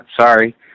sorry